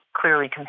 clearly